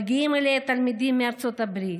מגיעים אליה תלמידים מארצות הברית,